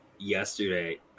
yesterday